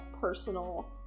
personal